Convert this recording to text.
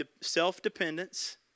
self-dependence